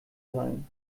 seien